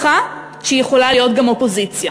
ששכחה שהיא יכולה להיות גם אופוזיציה.